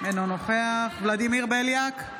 אינו נוכח ולדימיר בליאק,